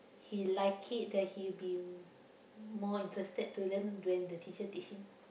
he like it then he'll be more interested to learn when the teacher teach him